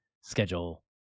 schedule